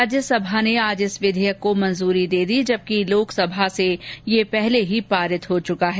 राज्यसभा ने आज इस विधेयक को मंजूरी दी जबकि लोकसभा से ये पहले ही पारित हो चुका है